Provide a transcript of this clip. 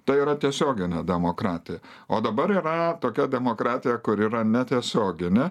tai yra tiesioginė demokratija o dabar yra tokia demokratija kuri yra netiesioginė